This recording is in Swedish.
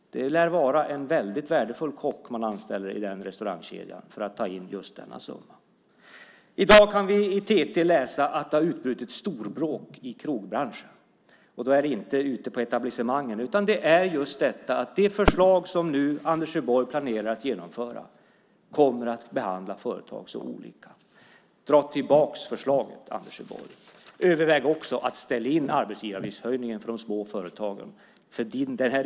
Det lär vara en väldigt värdefull kock man anställer i den restaurangkedjan för att ta in just denna summa. I dag kan vi i TT läsa att det har utbrutit storbråk i krogbranschen. Då är det inte ute på etablissemangen, utan det handlar om att det förslag som Anders Borg planerar att genomföra kommer att behandla företag så olika. Dra tillbaka förslaget, Anders Borg! Överväg också att ställa in arbetsgivaravgiftshöjningen för de små företagen.